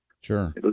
Sure